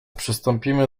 przystąpimy